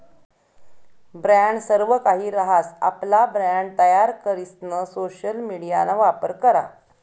brand सर्वकाहि रहास, आपला ब्रँड तयार करीसन सोशल मिडियाना वापर करा